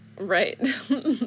Right